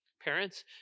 Parents